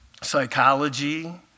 psychology